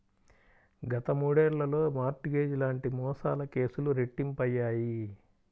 గత మూడేళ్లలో mortgage లాంటి మోసాల కేసులు రెట్టింపయ్యాయి